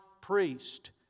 priest